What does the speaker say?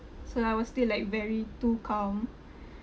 so I was still like very too calm